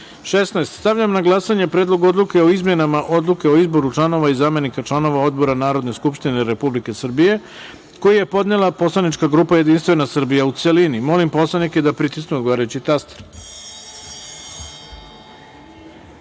reda. Stavljam na glasanje Predlog odluke o izmenama Odluke o izboru članova i zamenika članova odbora Narodne skupštine Republike Srbije, koji je podnela poslanička grupa JS, u celini. Molim narodne poslanike da pritisnu odgovarajući